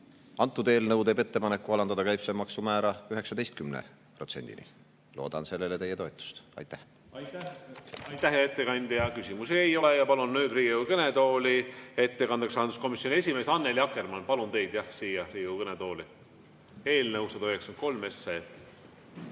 Antud eelnõu teeb ettepaneku alandada käibemaksumäära 19%‑ni. Loodan sellele teie toetust. Aitäh! Aitäh, hea ettekandja! Küsimusi ei ole. Ja palun nüüd Riigikogu kõnetooli ettekandeks rahanduskomisjoni esimehe Annely Akkermanni. Palun teid siia Riigikogu kõnetooli! Eelnõu 193.